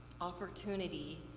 opportunity